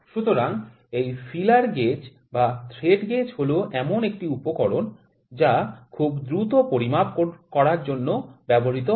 সুতরাং এই feeler gauge বা থ্রেড গেজ হল এমন একটি উপকরণ যা খুব দ্রুত পরিমাপ করার জন্য ব্যবহৃত হয়